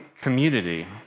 community